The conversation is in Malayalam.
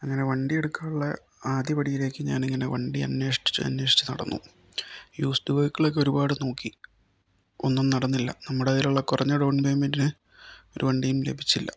അങ്ങനെ വണ്ടി എടുക്കാനുള്ള ആദ്യ പടിയിലേക്ക് ഞാനിങ്ങനെ വണ്ടി അന്വേഷിച്ച് അന്വേഷിച്ച് നടന്നു യൂസ്ഡ് വെഹിക്കിൾ ഒക്കെ ഒരുപാട് നോക്കി ഒന്നും നടന്നില്ല നമ്മുടെ കയ്യിലുള്ള കുറഞ്ഞ ഡൗൺ പേയ്മെൻ്റിന് ഒരു വണ്ടിയും ലഭിച്ചില്ല